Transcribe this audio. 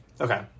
Okay